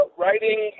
writing